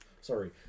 Sorry